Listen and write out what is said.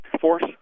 force